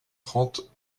trente